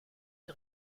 une